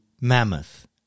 mammoth